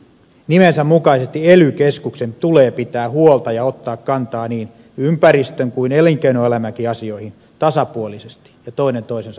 nimensä mukaisesti ely keskuksen tulee pitää huolta ja ottaa kantaa niin ympäristön kuin elinkeinoelämänkin asioihin tasapuolisesti ja toinen toisensa huomioon ottaen